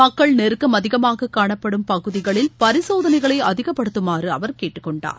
மக்கள் நெருக்கம் அதிகமாக காணப்படும் பகுதிகளில் பரிசோதனைகளை அதிகப்படுத்துமாறு அவர் கேட்டுக்கொண்டார்